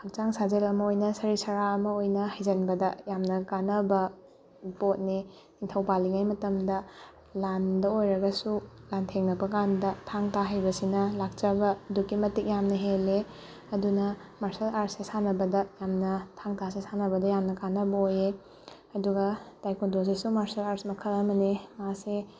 ꯍꯛꯆꯥꯡ ꯁꯥꯖꯦꯜ ꯑꯃ ꯑꯣꯏꯅ ꯁꯔꯤꯠ ꯁꯔꯥ ꯑꯃ ꯑꯣꯏꯅ ꯍꯩꯖꯤꯟꯕꯗ ꯌꯥꯝꯅ ꯀꯥꯟꯅꯕ ꯄꯣꯠꯅꯦ ꯅꯤꯡꯊꯧ ꯄꯥꯜꯂꯤꯉꯩꯒꯤ ꯃꯇꯝꯗ ꯂꯥꯟꯗ ꯑꯣꯏꯔꯒꯁꯨ ꯂꯥꯟꯊꯦꯡꯅꯕꯀꯥꯟꯗ ꯊꯥꯡ ꯇꯥ ꯍꯩꯕꯁꯤꯅ ꯂꯥꯛꯆꯕ ꯑꯗꯨꯛꯀꯤ ꯃꯇꯤꯛ ꯌꯥꯝꯅ ꯍꯦꯜꯂꯦ ꯑꯗꯨꯅ ꯃꯥꯔꯁꯦꯜ ꯑꯥꯔꯠꯁꯁꯦ ꯁꯥꯟꯅꯕꯗ ꯌꯥꯝꯅ ꯊꯥꯡ ꯇꯥꯁꯦ ꯁꯥꯟꯅꯕꯗ ꯌꯥꯝꯅ ꯀꯥꯟꯅꯕ ꯑꯣꯏꯌꯦ ꯑꯗꯨꯒ ꯇꯥꯏꯀꯨꯟꯗꯣꯁꯤꯁꯨ ꯃꯥꯔꯁꯦꯜ ꯑꯥꯔꯠꯁ ꯃꯈꯜ ꯑꯃꯅꯦ ꯃꯥꯁꯦ